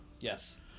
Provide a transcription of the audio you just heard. Yes